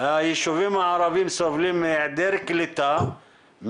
היישובים הערבים סובלים מהיעדר קליטה,